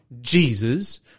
Jesus